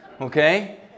okay